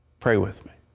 pray with me.